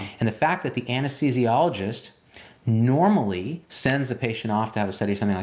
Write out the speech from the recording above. and the fact that the anesthesiologist normally sends the patient off to have a study, something